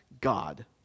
God